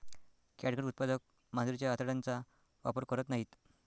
catgut उत्पादक मांजरीच्या आतड्यांचा वापर करत नाहीत